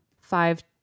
five